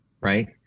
Right